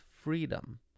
freedom